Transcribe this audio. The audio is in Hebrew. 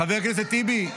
חבר הכנסת טיבי,